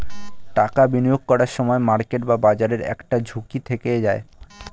টাকা বিনিয়োগ করার সময় মার্কেট বা বাজারের একটা ঝুঁকি থেকে যায়